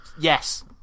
yes